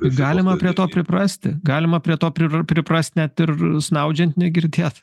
galima prie to priprasti galima prie to prira priprast net ir snaudžiant negirdėt